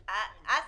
במקום